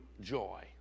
joy